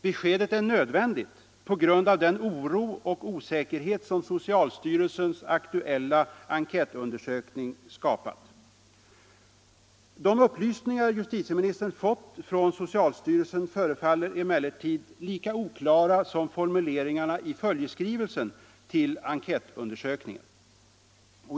Beskedet är nödvändigt på grund av den oro och osäkerhet som socialstyrelsens aktuella enkätundersökning skapat. De upplysningar justitieministern fått från socialstyrelsen förefaller emellertid lika oklara som formuleringarna i följeskrivelsen till enkätundersökningen.